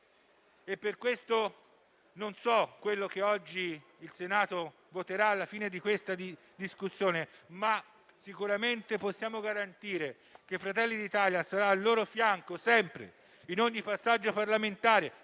legalità. Non so cosa il Senato voterà alla fine di questa discussione, ma sicuramente possiamo garantire che Fratelli d'Italia sarà al loro fianco, sempre, in ogni passaggio parlamentare,